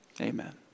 Amen